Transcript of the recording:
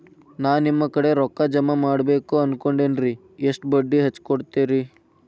ನಾ ನಿಮ್ಮ ಕಡೆ ರೊಕ್ಕ ಜಮಾ ಮಾಡಬೇಕು ಅನ್ಕೊಂಡೆನ್ರಿ, ಎಷ್ಟು ಬಡ್ಡಿ ಹಚ್ಚಿಕೊಡುತ್ತೇರಿ?